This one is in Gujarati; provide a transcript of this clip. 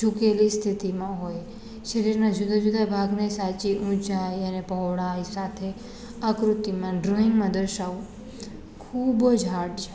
ઝૂકેલી સ્થિતિમાં હોય શરીરના જુદા જુદા ભાગને સાચી ઊંચાઈ અને પહોળાઈ સાથે આકૃતિમાં ડ્રોઇંગમાં દર્શાવવો ખૂબ જ હાર્ડ છે